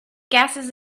gases